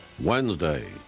Wednesday